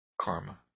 karma